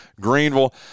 Greenville